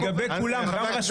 שלך.